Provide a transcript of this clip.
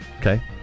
Okay